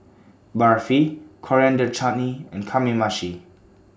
Barfi Coriander Chutney and Kamameshi